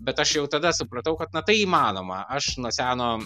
bet aš jau tada supratau kad na tai įmanoma aš nuo seno